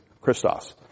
Christos